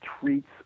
treats